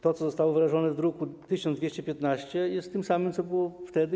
To, co zostało wyrażone w druku nr 1215, jest tym samym, co było wtedy.